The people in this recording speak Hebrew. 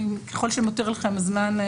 ככל שיותיר לכם הזמן,